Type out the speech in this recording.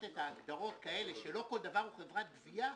את ההגדרות כאלה שלא כל דבר הוא חברת גבייה,